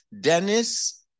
Dennis